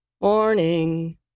Morning